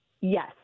Yes